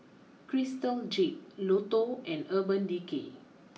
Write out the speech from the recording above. Crystal Jade Lotto and Urban Decay